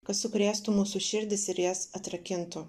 ka sukrėstų mūsų širdis ir jas atrakintų